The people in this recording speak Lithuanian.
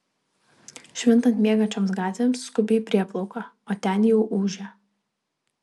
švintant miegančiomis gatvėmis skubi į prieplauką o ten jau ūžia